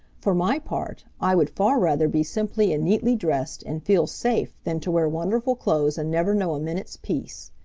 for my part i would far rather be simply and neatly dressed and feel safe than to wear wonderful clothes and never know a minute's peace.